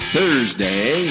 Thursday